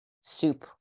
soup